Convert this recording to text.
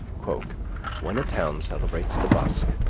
when a town celebrates the busk,